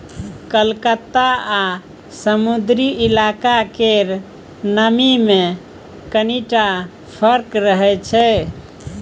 कलकत्ता आ समुद्री इलाका केर नमी मे कनिटा फर्क रहै छै